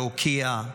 להוקיע,